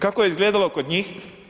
Kako je izgledalo kod njih?